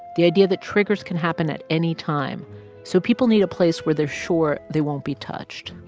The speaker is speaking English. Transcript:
the idea that triggers can happen at any time so people need a place where they're sure they won't be touched?